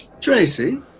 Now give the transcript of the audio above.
Tracy? –